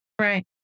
Right